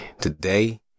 Today